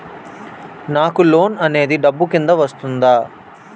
నాకు లోన్ అనేది డబ్బు కిందా వస్తుందా?